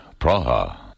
Praha